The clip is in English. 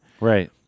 Right